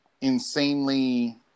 insanely